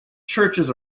churches